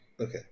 Okay